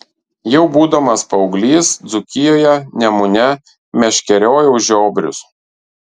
jau būdamas paauglys dzūkijoje nemune meškeriojau žiobrius